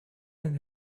and